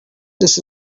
this